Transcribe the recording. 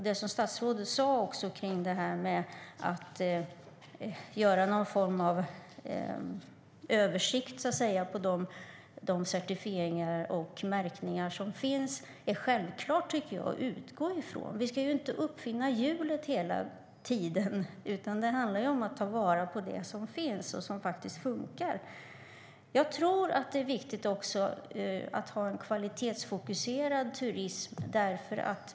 Det statsrådet sa om att göra någon form av översikt över de certifieringar och märkningar som finns tycker jag är självklart att utgå från. Vi ska ju inte uppfinna hjulet hela tiden, utan det handlar om att ta vara på det som finns och som faktiskt fungerar. Jag tror också att det är viktigt att ha en kvalitetsfokuserad turism.